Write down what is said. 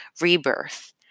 rebirth